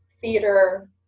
theater